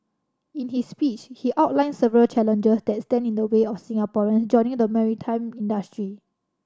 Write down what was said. in his speech he outlined several challenges that stand in the way of Singaporeans joining the maritime industry